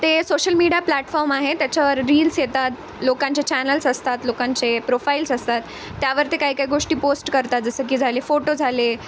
ते social media platform आहे त्याच्यावर रील्स येतात लोकांचे चॅनल्स असतात लोकांचे प्रोफाईल्स असतात त्यावरती काही काही गोष्टी पोस्ट करतात जसं की झाले फोटो झाले